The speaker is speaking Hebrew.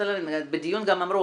בדיון גם אמרו,